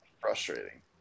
frustrating